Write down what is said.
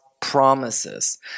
promises